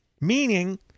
Meaning